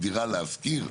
חברה להשכיר,